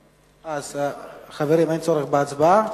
חברים, אין צורך בהצבעה,